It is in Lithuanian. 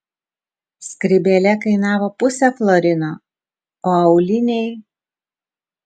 skrybėlė kainavo pusę florino o auliniai